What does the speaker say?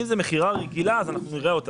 אם זו מכירה רגילה, אז אנחנו נראה אותה.